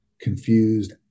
confused